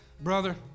brother